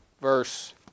verse